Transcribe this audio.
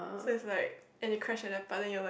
so it's like and it crash at that part then you're like